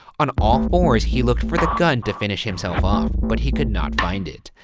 on all fours, he looked for the gun to finish himself off, but he could not find it.